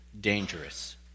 dangerous